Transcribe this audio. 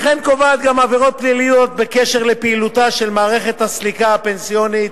וכן קובעת גם עבירות פליליות בקשר לפעילותה של מערכת הסליקה הפנסיונית,